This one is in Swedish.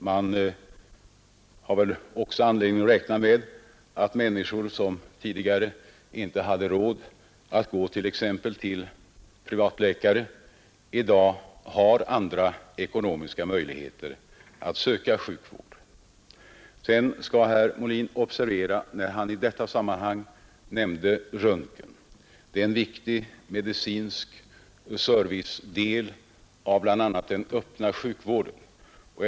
Man har väl också anledning att räkna med att människor som tidigare inte hade råd att anlita t.ex. privatläkare i dag har andra möjligheter att efterfråga sjukvård tack vare sjukronorsreformen. Herr Molin nämnde i detta sammanhang röntgenundersökningarna. Dessa utgör en viktig medicinsk service i bl.a. den öppna sjukvården.